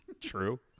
True